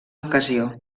ocasió